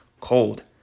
cold